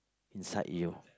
inside you